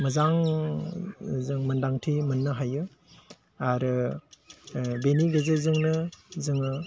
मोजां जों मोनदांथि मोननो हायो आरो बेनि गेजेरजोंनो जोङो